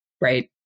Right